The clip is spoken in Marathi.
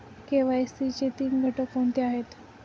के.वाय.सी चे तीन घटक कोणते आहेत?